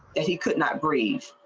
and he could not breach.